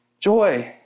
Joy